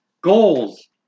Goals